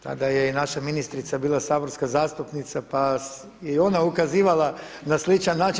Tada je i naša ministrica bila saborska zastupnica, pa je i ona ukazivala na sličan način.